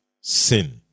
sin